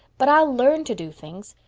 but i'll learn to do things.